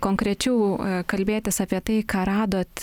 konkrečiau kalbėtis apie tai ką radot